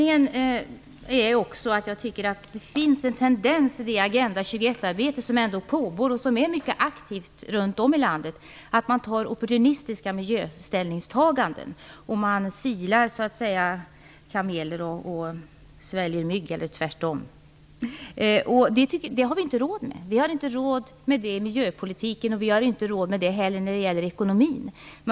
Fru talman! Jag tycker att det, i det Agenda 21 arbete som pågår och som är mycket aktivt runt om i landet, finns en tendens att man gör opportunistiska ställningstaganden i fråga om miljön. Man silar mygg och sväljer kameler. Det har vi inte råd med i miljöpolitiken. Det har vi heller inte råd med när det gäller den ekonomiska politiken.